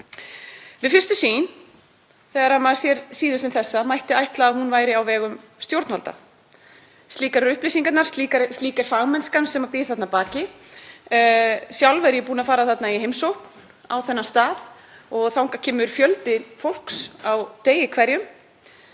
Við fyrstu sýn þegar maður sér síðu sem þessa mætti ætla að hún væri á vegum stjórnvalda, slíkar eru upplýsingarnar, slík er fagmennskan sem býr þarna að baki. Sjálf er ég búin að fara í heimsókn á þennan stað og þangað kemur fjöldi fólks á degi hverjum